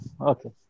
okay